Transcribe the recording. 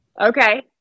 Okay